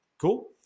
Cool